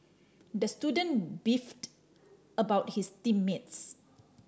the student beefed about his team mates